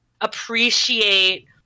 appreciate